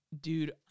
Dude